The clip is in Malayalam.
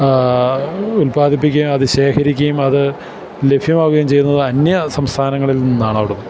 ഉൽപാദിപ്പിക്കുകയും അതു ശേഖരിക്കുകയും അതു ലഭ്യമാവുകയും ചെയ്യുന്നത് അന്യ സംസ്ഥാനങ്ങളിൽ നിന്നാണ് അവിടുന്ന്